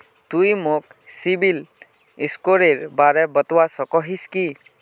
तुई मोक सिबिल स्कोरेर बारे बतवा सकोहिस कि?